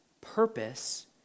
purpose